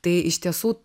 tai iš tiesų